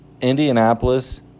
Indianapolis